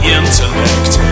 intellect